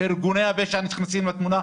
ארגוני הפשע נכנסים לתמונה,